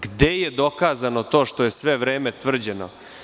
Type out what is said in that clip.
Gde je dokazano to što je sve vreme tvrđeno?